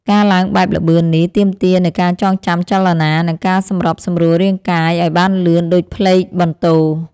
ការឡើងបែបល្បឿននេះ ទាមទារនូវការចងចាំចលនា និងការសម្របសម្រួលរាងកាយឱ្យបានលឿនដូចផ្លេកបន្ទោរ។